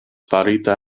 farita